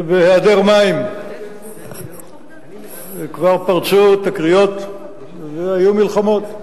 בהיעדר מים כבר פרצו תקריות והיו מלחמות,